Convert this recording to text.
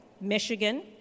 Michigan